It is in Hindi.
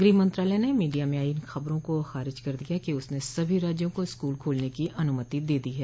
गृह मंत्रालय ने मीडिया में आई इन खबरों को खारिज कर दिया है कि उसने सभी राज्यों को स्कूल खोलने की अनुमति दे दी है